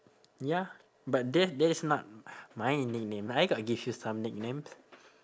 ya but that that is not my nickname I got give you some nicknames